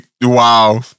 wow